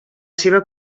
seva